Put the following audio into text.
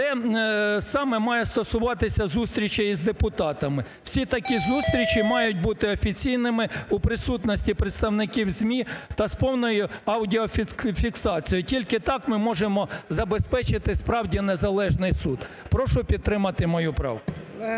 Те саме має стосуватися зустрічей з депутатами. Всі такі зустрічі мають бути офіційними, у присутності представників ЗМІ та з повною аудіофіксацією. Тільки так ми можемо забезпечити справді незалежний суд. Прошу підтримати мою правку.